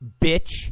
Bitch